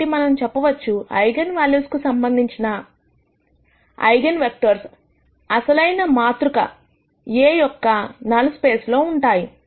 కాబట్టి మనం చెప్పవచ్చు ఐగన్ వాల్యూస్ కు సంబంధించిన ఐగన్ వెక్టర్స్ అసలైన మాతృక A యొక్క నల్ స్పేస్ లో ఉంటాయి